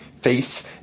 face